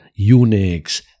Unix